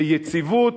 ביציבות,